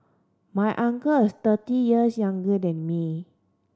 my uncle is thirty years younger than me